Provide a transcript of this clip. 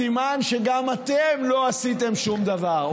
סימן שגם אתם לא עשיתם שום דבר.